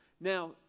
now